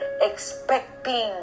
expecting